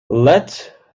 let